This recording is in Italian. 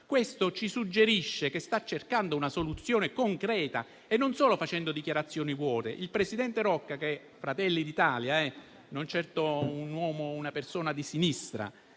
Questo ci suggerisce che sta cercando una soluzione concreta e non sta solo facendo dichiarazioni vuote. Il presidente Rocca, appartenente a Fratelli d'Italia e non certo una persona di sinistra,